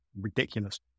ridiculous